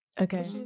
okay